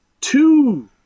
two